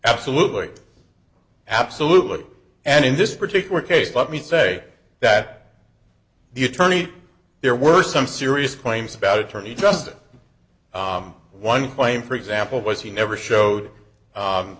absolutely absolutely and in this particular case let me say that the attorney there were some serious claims about attorney just one claim for example was he never showed